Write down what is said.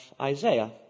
Isaiah